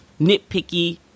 nitpicky